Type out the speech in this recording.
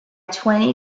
twenty